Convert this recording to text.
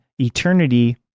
eternity